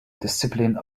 discipline